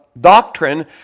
doctrine